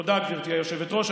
תודה, גברתי היושבת-ראש.